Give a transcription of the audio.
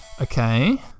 Okay